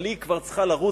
אבל היא כבר צריכה לרוץ,